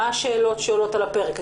מה השאלות שעולות על הפרק?